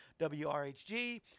WRHG